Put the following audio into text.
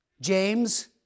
James